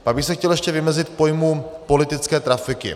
Pak bych se chtěl ještě vymezit k pojmu politické trafiky.